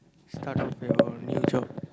start with your new job